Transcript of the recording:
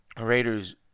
Raiders